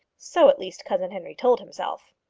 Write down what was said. so, at least, cousin henry told himself.